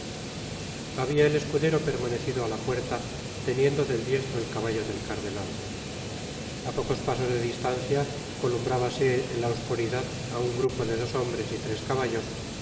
habia el escudero permanecido á la puerta teniendo del diestro el caballo del cardenal a pocos pasos de distancia columbrábase en la oscuridad á un grupo de dos hombres y tres caballos